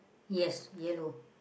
yes yellow